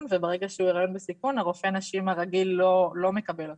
וברגע שיש היריון בסיכון רופא הנשים הרגיל לא מקבל אותו,